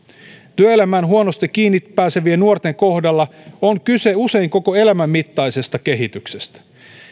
työelämään huonosti kiinni pääsevien nuorten kohdalla on kyse usein koko elämän mittaisesta kehityksestä